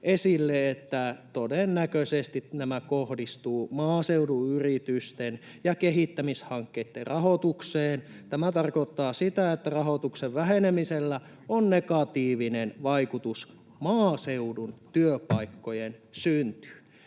esille, että todennäköisesti nämä kohdistuvat maaseudun yritysten ja kehittämishankkeitten rahoitukseen. Tämä tarkoittaa sitä, että rahoituksen vähenemisellä on negatiivinen vaikutus maaseudun työpaikkojen syntyyn.